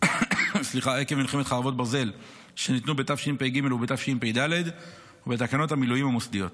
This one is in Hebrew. עקב מלחמת חרבות ברזל שניתנו בתשפ"ג ובתשפ"ד ובתקנות המילואים המוסדיות.